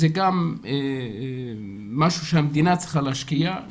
זה משהו שהמדינה צריכה להשקיע בו,